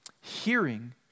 hearing